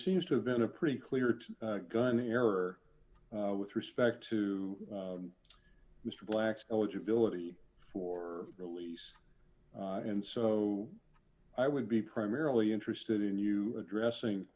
seems to have been a pretty clear to gun error with respect to mr black's eligibility for release and so i would be primarily interested in you addressing